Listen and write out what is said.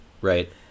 Right